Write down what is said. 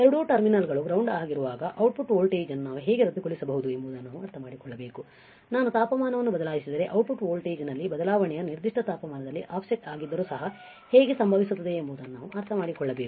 ಎರಡೂ ಟರ್ಮಿನಲ್ಗಳು ಗ್ರೌಂಡ್ ಆಗಿರುವಾಗ ಔಟ್ಪುಟ್ ವೋಲ್ಟೇಜ್ ಅನ್ನು ನಾವು ಹೇಗೆ ರದ್ದುಗೊಳಿಸಬಹುದು ಎಂಬುದನ್ನು ನಾವು ಅರ್ಥಮಾಡಿಕೊಳ್ಳಬೇಕು ನಾನು ತಾಪಮಾನವನ್ನು ಬದಲಾಯಿಸಿದರೆ ಔಟ್ಪುಟ್ ವೋಲ್ಟೇಜ್ನಲ್ಲಿನ ಬದಲಾವಣೆಯು ನಿರ್ದಿಷ್ಟ ತಾಪಮಾನದಲ್ಲಿ ಆಫ್ಸೆಟ್ ಆಗಿದ್ದರೂ ಸಹ ಹೇಗೆ ಸಂಭವಿಸುತ್ತದೆ ಎಂಬುದನ್ನು ನಾವು ಅರ್ಥಮಾಡಿಕೊಳ್ಳಬೇಕು